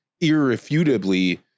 irrefutably